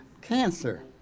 Cancer